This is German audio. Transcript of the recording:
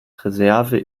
reserve